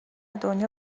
دنیا